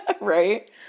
right